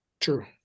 True